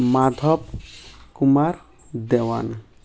Madhav Kumar Dewan